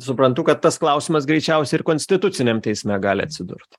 suprantu kad tas klausimas greičiausiai ir konstituciniam teisme gali atsidurt